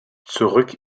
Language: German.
zurück